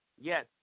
yes